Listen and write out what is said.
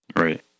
Right